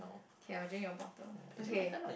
okay I'll drink your bottle okay